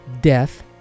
Death